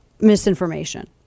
misinformation